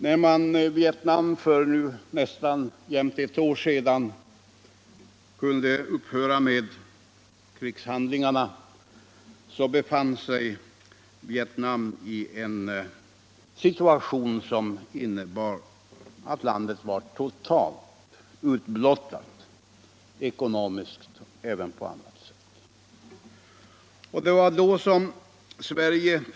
När Vietnam för nästan jämnt ett år sedan kunde upphöra med krigshandlingarna så befann sig landet i en situation som innebar att det var totalt utblottat ekonomiskt och även på annat sätt.